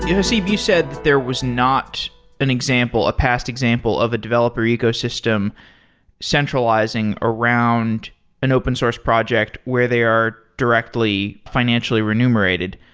haseeb, you said that there was not an example, a past example of a developer ecosystem centralizing around an open source project where they are directly financially renumerated.